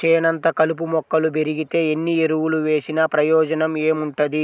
చేనంతా కలుపు మొక్కలు బెరిగితే ఎన్ని ఎరువులు వేసినా ప్రయోజనం ఏముంటది